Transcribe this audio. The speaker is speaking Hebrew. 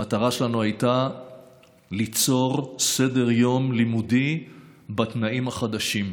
המטרה שלנו הייתה ליצור סדר-יום לימודי בתנאים החדשים.